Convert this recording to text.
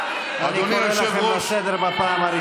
אני קורא אתכם לסדר בפעם הראשונה.